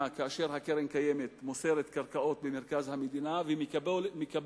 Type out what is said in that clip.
כאשר הקרן הקיימת מוסרת קרקעות במרכז המדינה ומקבלת